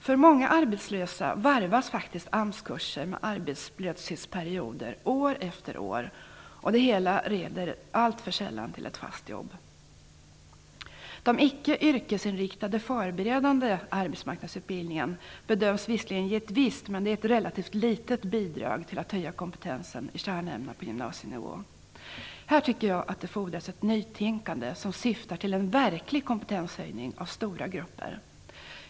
För många arbetslösa varvas AMS-kurser med arbetslöshetsperioder år efter år, och det hela leder alltför sällan till ett fast jobb. Den icke-yrkesinriktade, förberedande arbetsmarknadsutbildningen bedöms visserligen ge ett visst - men det är ett relativt litet - bidrag till att höja kompetensen i kärnämnena på gymnasienivå. Här tycker jag att det fordras ett nytänkande, som syftar till en verklig kompetenshöjning av stora grupper.